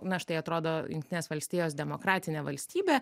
na štai atrodo jungtinės valstijos demokratinė valstybė